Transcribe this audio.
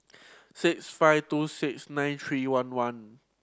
six five two six nine three one one